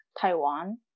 taiwan